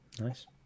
nice